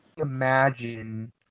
imagine